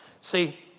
see